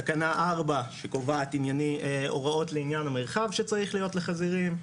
תקנה 4 שקובעת הוראות לעניין המרחב שצריך להיות לחזירים,